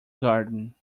garden